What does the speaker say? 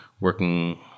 working